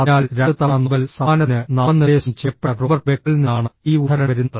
അതിനാൽ രണ്ട് തവണ നോബൽ സമ്മാനത്തിന് നാമനിർദ്ദേശം ചെയ്യപ്പെട്ട റോബർട്ട് ബെക്കറിൽ നിന്നാണ് ഈ ഉദ്ധരണി വരുന്നത്